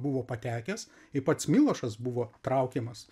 buvo patekęs kai pats milošas buvo traukiamas